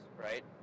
right